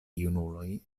junuloj